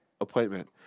appointment